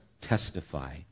testify